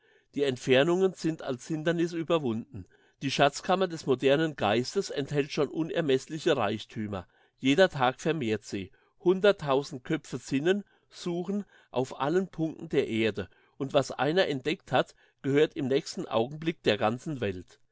die entfernungen sind als hinderniss überwunden die schatzkammer des modernen geistes enthält schon unermessliche reichthümer jeder tag vermehrt sie hunderttausend köpfe sinnen suchen auf allen punkten der erde und was einer entdeckt hat gehört im nächsten augenblick der ganzen welt